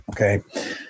okay